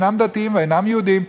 שאינם דתיים ואינם יהודים,